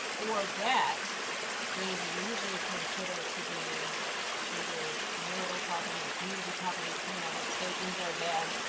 or debt is usually considered to be either marital property or community property, depending on what state you live in,